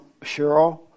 Cheryl